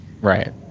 Right